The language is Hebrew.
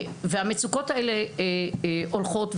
והמצוקות האלה הולכות וגוברות.